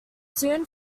soon